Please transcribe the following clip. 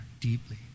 deeply